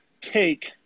take